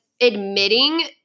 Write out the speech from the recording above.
admitting